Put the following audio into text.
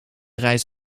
reis